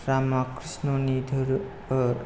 रामा कृष्णनि धोरोम